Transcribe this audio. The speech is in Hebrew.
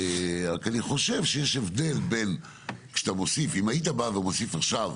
רק אני חושב שיש הבדל כשאתה מוסיף אם היית בא ומוסיף עכשיו